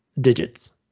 Digits